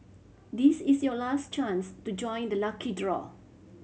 this is your last chance to join the lucky draw